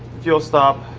fuel stop,